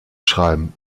schreiben